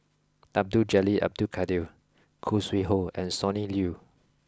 Abdul Jalil Abdul Kadir Khoo Sui Hoe and Sonny Liew